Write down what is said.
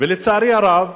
ולצערי הרב,